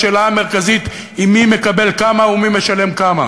השאלה המרכזית היא מי מקבל מה ומי משלם כמה.